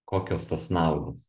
kokios tos naudos